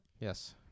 Yes